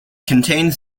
contains